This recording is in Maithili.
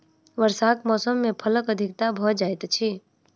वर्षाक मौसम मे फलक अधिकता भ जाइत अछि